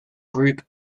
group